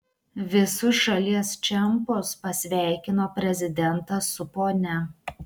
visus šalies čempus pasveikino prezidentas su ponia